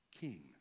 king